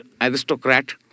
aristocrat